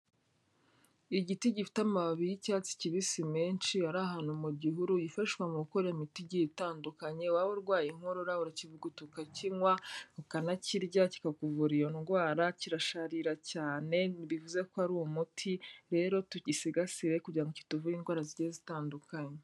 Igiti gifite amababi y'icyatsi kibisi menshi, ari ahantu mu gihuru, yifashwa mu gukora imiti igiye itandukanye, waba urwaye inkorora urakivuguta ukakinywa, ukanakirya, kikakuvura iyo ndwara, kirasharira cyane, bivuze ko ari umuti rero tugisigasire kugira ngo kituvure indwara zigiye zitandukanye.